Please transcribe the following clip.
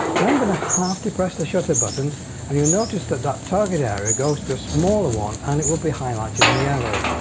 now i'm going to half press the shutter button and you'll notice that that target area goes to a smaller one and it will be highlighted in yellow.